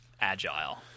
agile